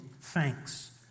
thanks